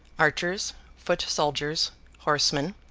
archers, foot-soldiers, horsemen,